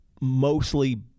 mostly